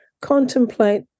contemplate